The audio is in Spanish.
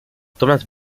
thomas